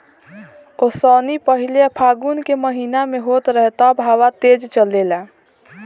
ओसौनी पहिले फागुन के महीना में होत रहे तब हवा तेज़ चलेला